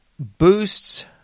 boosts